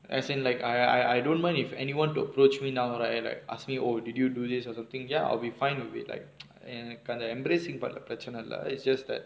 as in like I I don't mind if anyone to approach me now right and like ask me oh did you do this or something ya I'll be fine with it like எனக்கு அந்த:enakku antha embracing part lah பிரச்சின இல்ல:pirachchina illa it's just that